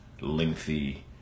lengthy